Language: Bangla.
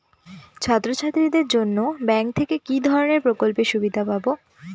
ছাত্রছাত্রীদের জন্য ব্যাঙ্ক থেকে কি ধরণের প্রকল্পের সুবিধে পাবো?